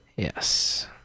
Yes